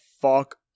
fuck